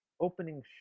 opening